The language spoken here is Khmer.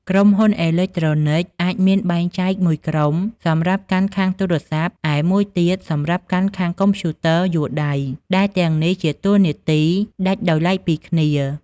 ក្រុមហ៊ុនអេឡិចត្រូនិចអាចមានបែងចែកមួយក្រុមសម្រាប់កាន់ខាងទូរសព្ទ ឯមួយទៀតសម្រាប់កាន់ខាងកុំព្យូទ័រយួរដៃ ដែលទាំងនេះជាតួនាទីដាច់ដោយទ្បែកពីគ្នា។